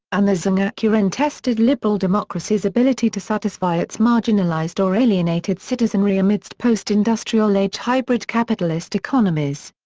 and the zengakuren tested liberal democracy's ability to satisfy its marginalized or alienated citizenry amidst post-industrial age hybrid capitalist economies.